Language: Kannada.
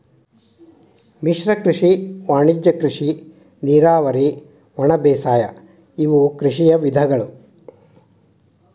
ಮಿಶ್ರ ಕೃಷಿ ವಾಣಿಜ್ಯ ಕೃಷಿ ನೇರಾವರಿ ಒಣಬೇಸಾಯ ಇವು ಕೃಷಿಯ ವಿಧಗಳು